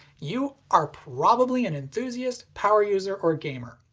you are probably an enthusiast, power user, or gamer.